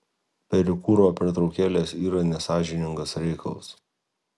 perikūro pertraukėlės yra nesąžiningas reikalas